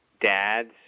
dads